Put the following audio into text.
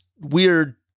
weird